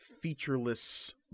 featureless